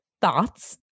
thoughts